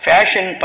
Fashion